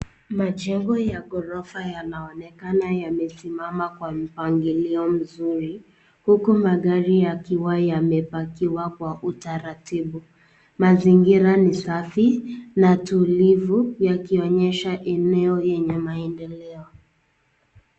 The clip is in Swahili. Majengo ya ghorofa yanaonekana yamesimama kwa mpangilio mzuri. Huku magari yakiwa yamepakiwa kwa utaratibu. Mazingira ni safi, na tulivu yakionyesha eneo lenye maendeleo.